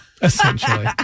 Essentially